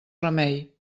remei